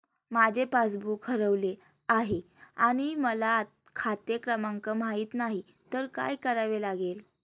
माझे पासबूक हरवले आहे आणि मला खाते क्रमांक माहित नाही तर काय करावे लागेल?